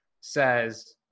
says